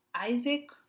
Isaac